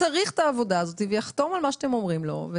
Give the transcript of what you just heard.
צריך את העבודה הזאת ויחתום על מה שאתם אומרים לו.